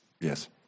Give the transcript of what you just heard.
Yes